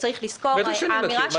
בטח שאני מכיר.